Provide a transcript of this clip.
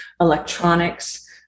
electronics